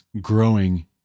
growing